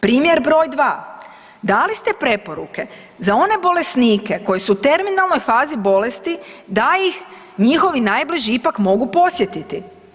Primjer broj dva, da li ste preporuke za one bolesnike koji su u terminalnoj fazi bolesti da ih njihovi najbliži ipak mogu posjetiti.